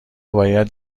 باید